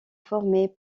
formés